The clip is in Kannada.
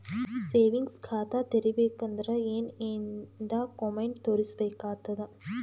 ಸೇವಿಂಗ್ಸ್ ಖಾತಾ ತೇರಿಬೇಕಂದರ ಏನ್ ಏನ್ಡಾ ಕೊಮೆಂಟ ತೋರಿಸ ಬೇಕಾತದ?